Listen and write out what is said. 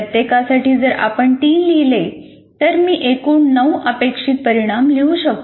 प्रत्येकासाठी जर आपण तीन लिहिले तर मी एकूण नऊ अपेक्षित परिणाम लिहू शकतो